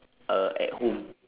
uh at home